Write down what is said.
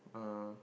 (uh huh)